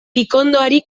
pikondoari